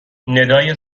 ندای